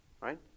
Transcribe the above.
Right